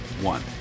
One